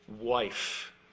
wife